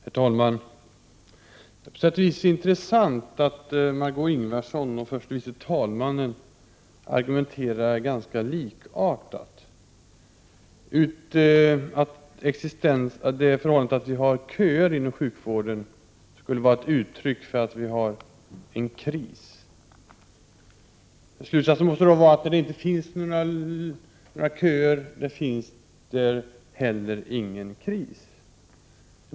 Herr talman! Det är på sätt och vis intressant att Margé Ingvardsson och förste vice talmannen argumenterar ganska likartat: Det förhållandet att vi har köer inom sjukvården skulle vara ett uttryck för att vi har en kris! Slutsatsen måste då vara att där det inte finns några köer, där finns det heller inte någon kris.